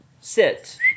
Sit